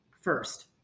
first